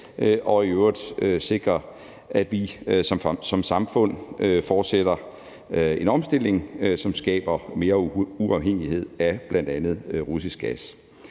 og i øvrigt sikre, at vi som samfund fortsætter en omstilling, som skaber mere uafhængighed af bl.a. russisk gas.